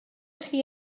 chi